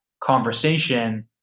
conversation